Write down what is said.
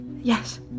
Yes